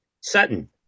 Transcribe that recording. sutton